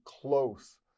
close